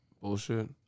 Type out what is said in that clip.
bullshit